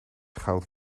goud